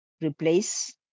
replace